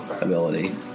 ability